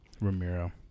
Ramiro